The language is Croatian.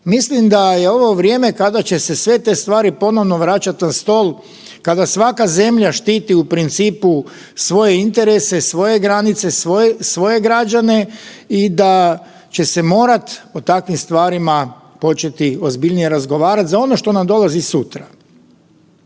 Mislim da je ovo vrijeme kada će se sve te stvari ponovno vraćat na stol kada svaka zemlja štiti u principu svoje interese, svoje granice, svoje građane i da će se morat o takvim stvarima početi ozbiljnije razgovarat za ono što nam dolazi sutra.